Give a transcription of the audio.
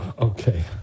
Okay